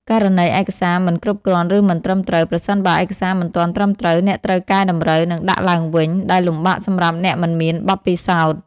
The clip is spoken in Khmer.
ករណីឯកសារមិនគ្រប់គ្រាន់ឬមិនត្រឹមត្រូវ ប្រសិនបើឯកសារមិនទាន់ត្រឹមត្រូវ អ្នកត្រូវកែតម្រូវ និងដាក់ឡើងវិញ ដែលលំបាកសម្រាប់អ្នកមិនមានបទពិសោធន៍។